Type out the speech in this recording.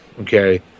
okay